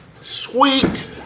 Sweet